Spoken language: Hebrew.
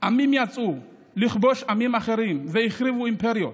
עמים יצאו לכבוש עמים אחרים והחריבו אימפריות,